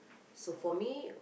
so for me